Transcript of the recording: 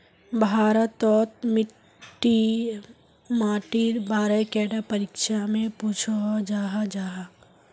भारत तोत मिट्टी माटिर बारे कैडा परीक्षा में पुछोहो जाहा जाहा?